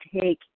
take